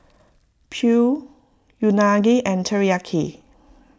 Pho Unagi and Teriyaki